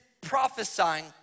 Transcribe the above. prophesying